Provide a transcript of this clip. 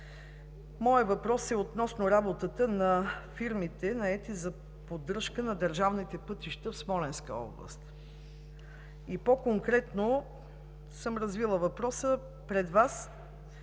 моят въпрос е относно работата на фирмите, наети за поддръжка на държавните пътища в Смолянска област и по-конкретно съм развила въпроса пред Вас,